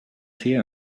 tea